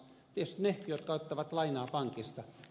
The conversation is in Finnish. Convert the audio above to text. tietysti ne jotka ottavat lainaa pankista